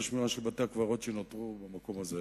שמירה של בתי-הקברות שנותרו במקום הזה.